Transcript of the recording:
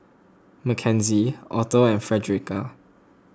Makenzie Otho and Fredericka